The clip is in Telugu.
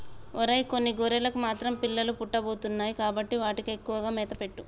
ఒరై కొన్ని గొర్రెలకు మాత్రం పిల్లలు పుట్టబోతున్నాయి కాబట్టి వాటికి ఎక్కువగా మేత పెట్టు